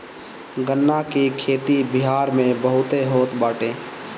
गन्ना के खेती बिहार में बहुते होत बाटे